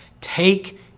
take